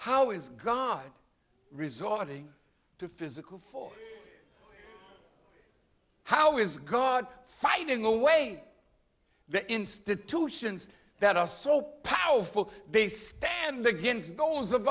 how is god resorting to physical force how is god fighting the way the institutions that are so powerful they stand against those of